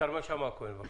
כרמל שאלה הכהן, בבקשה.